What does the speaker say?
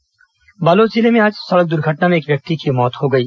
दुर्घटना बालोद जिले में आज सड़क दुर्घटना में एक व्यक्ति की मौत हो गई